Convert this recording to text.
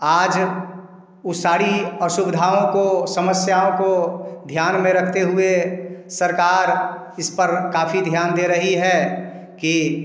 आज उन सारी असुविधाओं को समस्याओं को ध्यान में रखते हुए सरकार इस पर काफ़ी ध्यान दे रही है कि